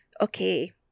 okay